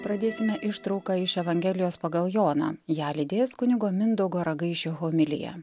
pradėsime ištrauką iš evangelijos pagal joną ją lydės kunigo mindaugo ragaišio homilija